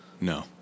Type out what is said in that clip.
No